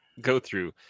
go-through